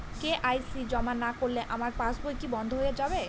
KYC জমা না করলে আমার পাসবই কি বন্ধ হয়ে যাবে?